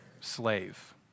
Slave